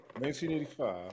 1985